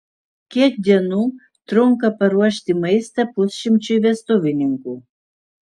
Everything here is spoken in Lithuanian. kiek dienų trunka paruošti maistą pusšimčiui vestuvininkų